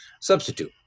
substitute